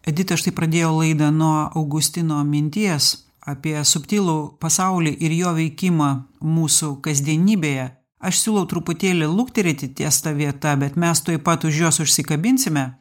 edita štai pradėjo laida nuo augustino minties apie subtilų pasaulį ir jo veikimą mūsų kasdienybėje aš siūlau truputėlį lukterėti ties ta vieta bet mes tuoj pat už jos užsikabinsime